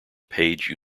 page